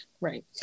Right